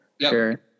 Sure